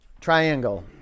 triangle